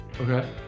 okay